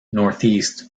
northeast